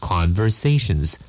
Conversations